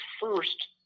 first